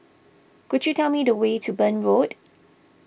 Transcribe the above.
could you tell me the way to Burn Road